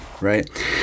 right